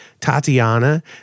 Tatiana